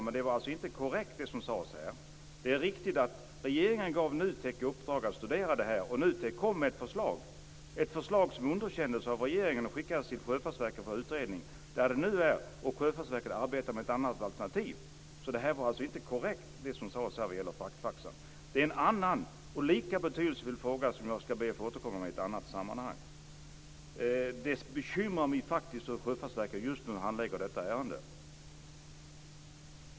Det som sades här var inte korrekt. Det är riktigt att regeringen gav NUTEK i uppdrag att studera frågan. NUTEK lade fram ett förslag. Det var ett förslag som underkändes av regeringen och skickades till Sjöfartsverket för utredning. Sjöfartsverket arbetar nu med ett annat alternativ. Det som sades här var inte korrekt. Det är en annan och lika betydelsefull fråga, som jag skall be att få återkomma till i ett annat sammanhang. Det bekymrar mig hur Sjöfartsverket handlägger detta ärende.